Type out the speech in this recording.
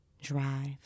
Drive